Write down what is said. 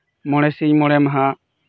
ᱢᱚᱬᱮ ᱥᱤᱧ ᱢᱚᱬᱮ ᱢᱟᱦᱟ